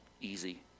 easy